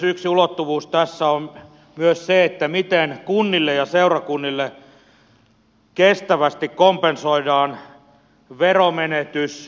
yksi ulottuvuus tässä on myös se miten kunnille ja seurakunnille kestävästi kompensoidaan veromenetys